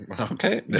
Okay